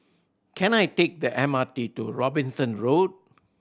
can I take the M R T to Robinson Road